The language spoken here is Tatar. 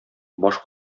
баш